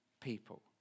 people